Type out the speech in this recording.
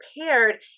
prepared